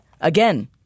again